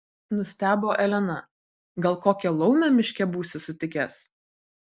nustebo elena gal kokią laumę miške būsi sutikęs